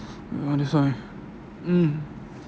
ah that's why mm